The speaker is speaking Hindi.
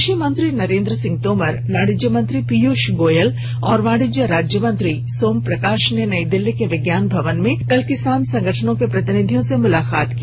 कृषि मंत्री नरेन्द्र सिंह तोमर वाणिज्य मंत्री पीयष गोयल और वाणिज्य राज्य मंत्री सोम प्रकाश ने नई दिल्ली के विज्ञान भवन में कल किसान संगठनों के प्रतिनिधियों से मुलाकात की